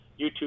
YouTube